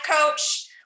coach